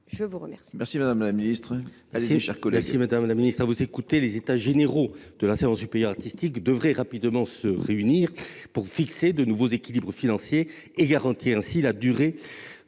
Je vous remercie